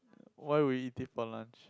why will you eat it for lunch